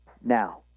Now